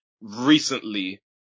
recently